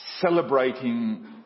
celebrating